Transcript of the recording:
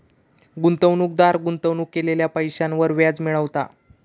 गुंतवणूकदार गुंतवणूक केलेल्या पैशांवर व्याज मिळवता